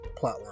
plotline